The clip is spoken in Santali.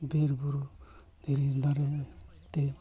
ᱵᱤᱨᱼᱵᱩᱨᱩ ᱫᱷᱤᱨᱤ ᱫᱟᱨᱮᱛᱮ